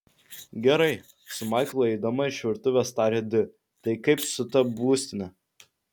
gerai su maiklu eidama iš virtuvės tarė di tai kaip su ta būstine